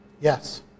Yes